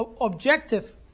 objective